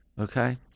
okay